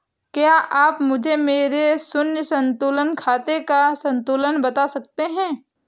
क्या आप मुझे मेरे शून्य संतुलन खाते का संतुलन बता सकते हैं?